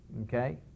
Okay